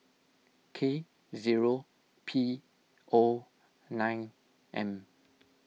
K zero P O nine M